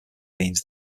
beans